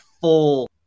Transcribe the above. full